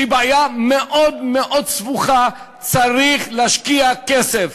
שהיא בעיה מאוד מאוד סבוכה, צריך להשקיע כסף.